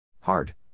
hard